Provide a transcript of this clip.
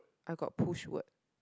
I got push word